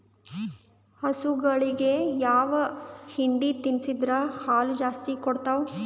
ಹಸುಗಳಿಗೆ ಯಾವ ಹಿಂಡಿ ತಿನ್ಸಿದರ ಹಾಲು ಜಾಸ್ತಿ ಕೊಡತಾವಾ?